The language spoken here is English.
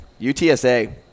UTSA